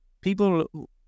people